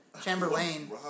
Chamberlain